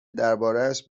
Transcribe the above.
دربارهاش